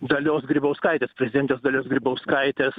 dalios grybauskaitės prezidentės dalios grybauskaitės